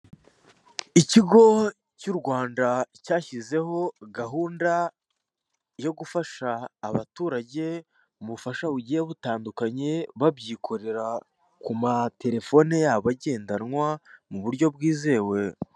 Ikigo cy'u Rwanda cyashyizeho gahunda yo gufasha abaturage mu bufasha bugiye butandukanye babyikorera ku matelefone yabo agendanwa mu buryo bwizewe.